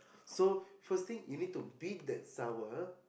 so first thing you need to beat that sour